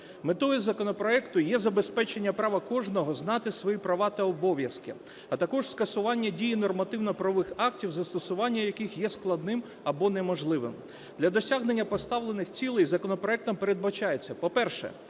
Метою законопроекту є забезпечення права кожного знати свої права та обов'язки, а також скасування дії нормативно-правових актів, застосування яких є складним або неможливим. Для досягнення поставлених цілей законопроектом передбачається, по-перше,